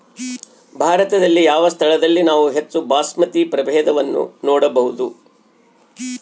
ಭಾರತದಲ್ಲಿ ಯಾವ ಸ್ಥಳದಲ್ಲಿ ನಾವು ಹೆಚ್ಚು ಬಾಸ್ಮತಿ ಪ್ರಭೇದವನ್ನು ನೋಡಬಹುದು?